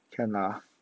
can lah